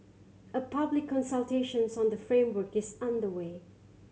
a public consultations on the framework is underway